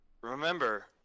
Remember